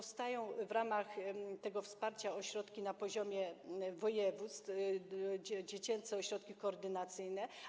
W ramach tego wsparcia powstają ośrodki na poziomie województw, dziecięce ośrodki koordynacyjne.